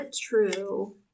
true